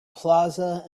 plaza